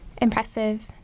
impressive